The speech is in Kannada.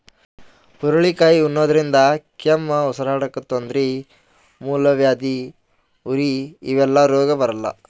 ಹುರಳಿಕಾಯಿ ಉಣಾದ್ರಿನ್ದ ಕೆಮ್ಮ್, ಉಸರಾಡಕ್ಕ್ ತೊಂದ್ರಿ, ಮೂಲವ್ಯಾಧಿ, ಉರಿ ಇವೆಲ್ಲ ರೋಗ್ ಬರಲ್ಲಾ